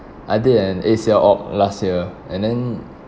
I did an A_C_L op last year and then